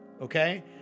okay